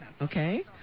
Okay